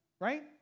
Right